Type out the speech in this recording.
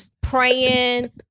praying